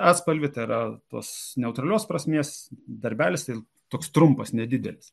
atspalvį tai yra tos neutralios prasmės darbelis toks trumpas nedidelis